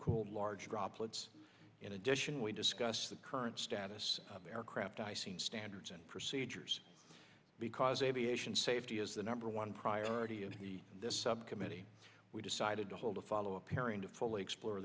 cool large droplets in addition we discussed the current status of aircraft i seen standards and procedures because aviation safety is the number one priority of this subcommittee we decided to hold a follow up airing to fully explore